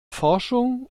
forschung